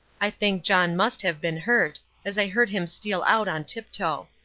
i think john must have been hurt as i heard him steal out on tiptoe.